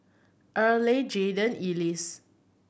Earley Jaden Ellis